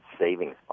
savings